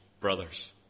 brothers